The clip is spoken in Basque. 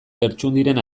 lertxundiren